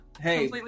Hey